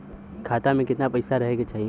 खाता में कितना पैसा रहे के चाही?